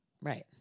right